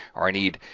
or i need,